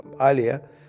earlier